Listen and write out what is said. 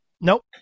nope